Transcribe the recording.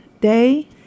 day